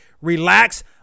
relax